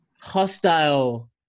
hostile